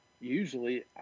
usually